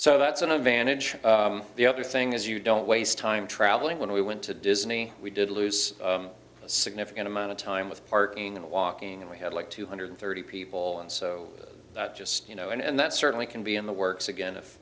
so that's an advantage the other thing is you don't waste time traveling when we went to disney we did lose a significant amount of time with parking and walking and we had like two hundred thirty people and so that just you know and that certainly can be in the works again if